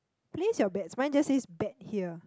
place your bets mine just says bet here